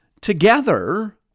together